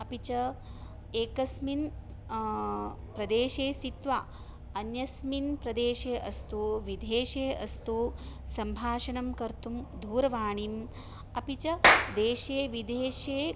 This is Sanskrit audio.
अपि च एकस्मिन् प्रदेशे स्थित्वा अन्यस्मिन् प्रदेशे अस्तु विधेशे अस्तु सम्भाषणं कर्तुं दूरवाणीम् अपि च देशे विधेशे